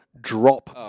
drop